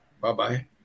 Bye-bye